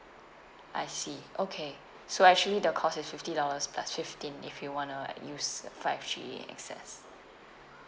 I see okay so actually the cost is fifty dollars plus fifteen if you wanna like use five G access